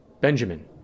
Benjamin